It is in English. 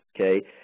okay